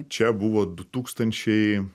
čia buvo du tūkstančiai